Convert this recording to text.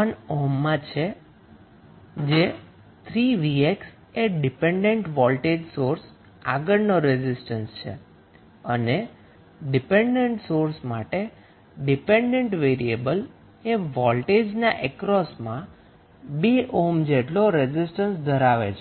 1 ઓહ્મમાં છે જે 3𝑣𝑥 એ ડિપેન્ડન્ટ વોલ્ટેજ સોર્સ આગળનો રેઝિસ્ટન્સ છે અને ડિપેન્ડન્ટ સોર્સ માટે ડિપેન્ડન્ટ વેરીએબલ એ વોલ્ટેજના અક્રોસ માં 2 ઓહ્મ જેટલો રેઝિસ્ટન્સ ધરાવે છે